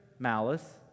malice